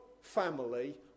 family